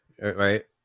right